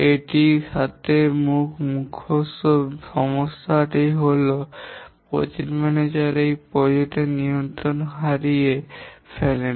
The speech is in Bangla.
এটির সাথে মুখ্য সমস্যা হল প্রকল্প ম্যানেজার এই প্রকল্প এর নিয়ন্ত্রণ হারিয়ে ফেলেন